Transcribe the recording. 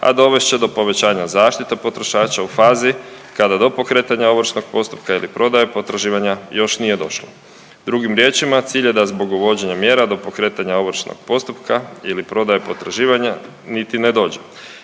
a dovest će do povećanja zaštite potrošača u fazi kada do pokretanja ovršnog postupka ili prodaje potraživanja još nije došlo. Drugim riječima cilj je da zbog uvođenja mjera do pokretanja ovršnog postupka ili prodaje potraživanja niti ne dođe.